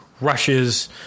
rushes